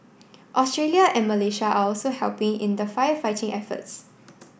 Australia and Malaysia are also helping in the firefighting efforts